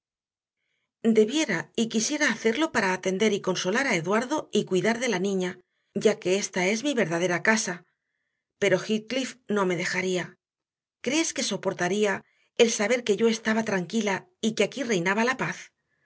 debiera y quisiera hacerlo para atender y consolar a eduardo y cuidar de la niña ya que ésta es mi verdadera casa pero heathcliff no me dejaría crees que soportaría el saber que yo estaba tranquila y que aquí reinaba la paz